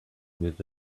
with